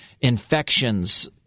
infections